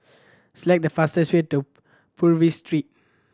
select the fastest way to Purvis Street